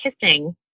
kissing